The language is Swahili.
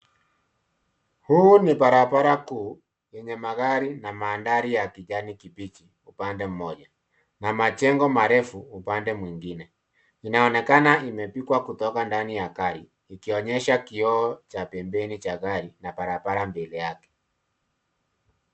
Hii ni barabara kuu yenye magari na mandhari ya kijani kibichi upande mmoja na majengo marefu upande mwingine. Inaonekana imepigwa kutoka ndani ya gari, ikionyesha kioo cha pembeni cha gari na barabara mbele yake.